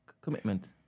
commitment